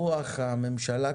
רוח הממשלה,